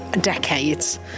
decades